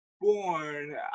born